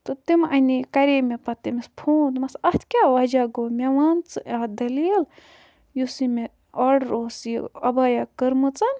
تہٕ تِم اَنے کَرے مےٚ پَتہٕ تٔمِس فون دوٚپمَس اَتھ کیٛاہ وَجہ گوٚو مےٚ وَن ژٕ اَتھ دٔلیٖل یُس یہِ مےٚ آرڈَر اوس یہِ عَبَیا کٔرمٕژ